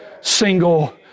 single